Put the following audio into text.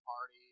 party